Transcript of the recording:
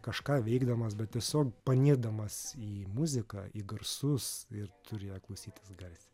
kažką veikdamas bet tiesiog panirdamas į muziką į garsus ir turi ją klausytis garsiai